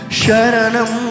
Sharanam